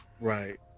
right